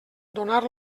donar